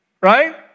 right